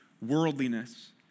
worldliness